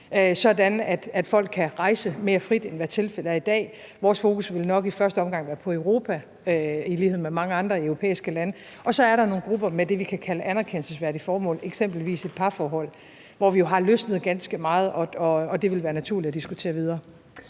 sådan at folk kan rejse mere frit, end hvad tilfældet er i dag. Vores fokus ville nok i første omgang være på Europa, i lighed med mange andre europæiske lande, og så er der nogle grupper med det, vi kan kalde anerkendelsesværdige formål, eksempelvis et parforhold, hvor vi jo har løsnet ganske meget og det vil være naturligt at diskutere det videre.